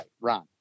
Ron